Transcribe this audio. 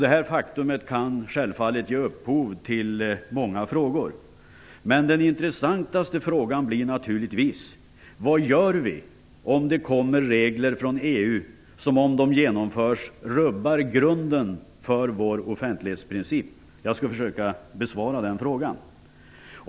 Detta faktum kan självfallet ge upphov till många frågor. Men den intressantaste frågan blir naturligtvis vad vi gör om det kommer regler från EU som om de genomförs rubbar grunden för vår offentlighetsprincip. Jag skall försöka besvara den frågan.